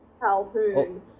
Calhoun